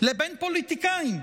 לבין פוליטיקאים,